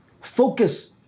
Focus